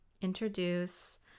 introduce